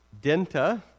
denta